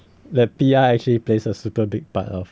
the P_R actually place a super big part of